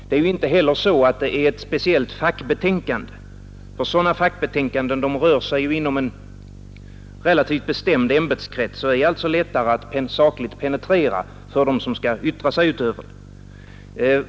Det är inte heller ett specifikt fackbetänkande, ty sådana fackbetänkanden rör sig inom en relativt bestämd ämbetskrets och är alltså lättare att rent sakligt penetrera för dem som skall yttra sig över dem.